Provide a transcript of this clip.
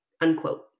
unquote